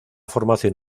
formación